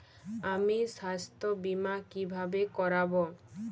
আমি স্বাস্থ্য বিমা কিভাবে করাব?